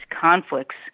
conflicts